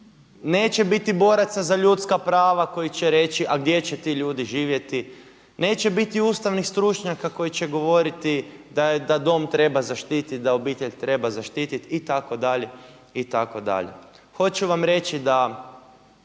Neće biti boraca za ljudska prava koji će reći, a gdje će ti ljudi živjeti. Neće biti ustavnih stručnjaka koji će govoriti da dom treba zaštititi, da obitelj treba zaštititi itd. itd. Hoću vam reći da